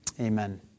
Amen